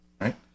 right